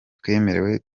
twemerewe